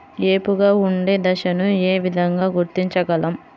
ఏపుగా ఉండే దశను ఏ విధంగా గుర్తించగలం?